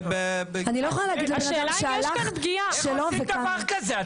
השאלה אם יש כאן פגיעה --- איך עושים דבר כזה?